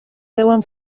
deuen